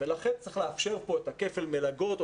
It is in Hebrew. לכן צריך לאפשר פה כפל מלגות,